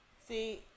See